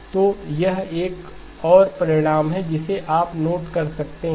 तो यह एक और परिणाम है जिसे आप नोट कर सकते हैं